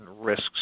risks